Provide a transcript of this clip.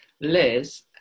Liz